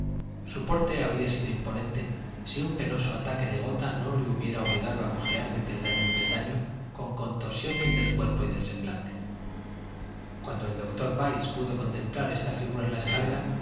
porte habría sido imponente si un penoso ataque de gota no le hubiera obligado a cojear de peldaño en peldaño con contorsiones del cuerpo y del semblante cuando el doctor byles pudo contemplar esta figura en la escalera